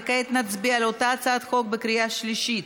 כעת נצביע על אותה הצעת חוק בקריאה שלישית.